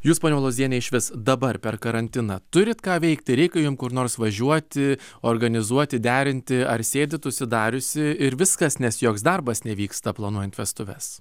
jūs pone uloziene išvis dabar per karantiną turit ką veikti reikia jum kur nors važiuoti organizuoti derinti ar sėdit užsidariusi ir viskas nes joks darbas nevyksta planuojant vestuves